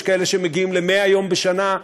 יש כאלה שמגיעים ל-100 יום בשנה,